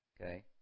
Okay